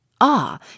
Ah